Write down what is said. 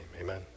amen